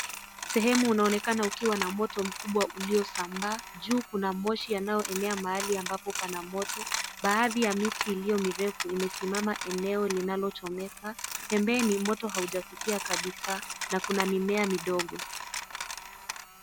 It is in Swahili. Sehemu unaonekana ukiwa na Moto mkubwa uliosambaa juu kuna moshi unaoenea mahali ambapo Pana moto, baadhi ya miti iliyo mirefu imesimama eneo linalochomeka. Pempeni Moto haujafikia kabisa na kuna mimea midogo.